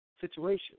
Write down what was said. situation